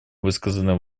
высказанные